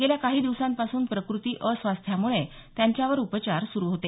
गेल्या काही दिवसांपासून प्रकृती अस्वास्थ्यामुळे त्यांच्यावर उपचार सूरू होते